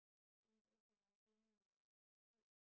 think those who are having the food